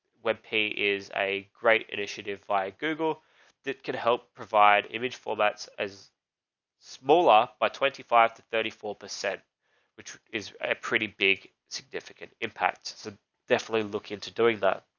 web pay is a great initiative by google that can help provide image for that as smaller by twenty five to thirty four percent which is a pretty big, significant impact. so definitely look into doing that.